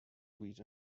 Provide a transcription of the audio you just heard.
sweet